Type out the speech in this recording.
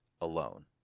alone